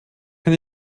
kann